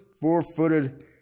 four-footed